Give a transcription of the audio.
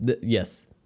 Yes